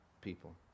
people